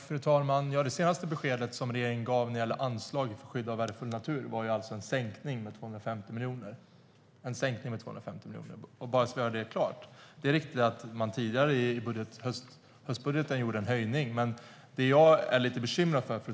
Fru talman! Det senaste beskedet som regeringen gav vad gäller anslag för skydd av värdefull natur var en sänkning med 250 miljoner - bara så vi har det klart för oss. Det är dock riktigt att man gjorde en höjning i höstbudgeten.